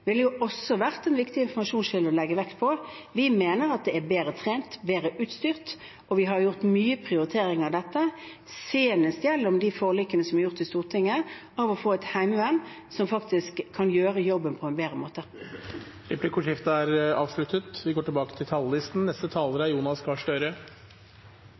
ville vært en viktig informasjonskilde å legge vekt på – når HV-sjefen selv klart og tydelig sier at man er i betydelig bedre stand nå. Vi mener at man er bedre trent og bedre utstyrt. Vi har prioritert dette mye, senest gjennom de forlikene som er gjort i Stortinget, for å få et heimevern som faktisk kan gjøre jobben på en bedre måte. Replikkordskiftet er avsluttet. Vi